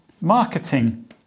marketing